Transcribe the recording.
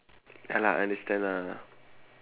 ya lah understand lah